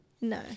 no